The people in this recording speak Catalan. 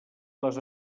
les